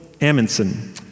Amundsen